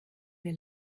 wir